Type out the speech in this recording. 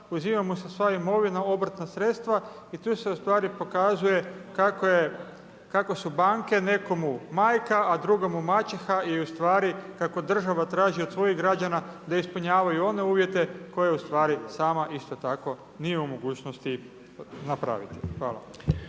uzima mu se sva imovina, obrtna sredstva i tu se ustvari pokazuje, kako su banke, nekome majka a drugome maćeha i ustvari kako država traži od svojih građana da ispunjavaju one uvijete koje ustvari sama isto tako nije u mogućnosti napraviti. Hvala.